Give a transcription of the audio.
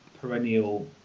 perennial